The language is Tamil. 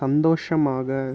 சந்தோஷமாக